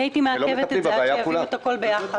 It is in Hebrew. הייתי מעכבת את זה עד שיביאו את הכול ביחד,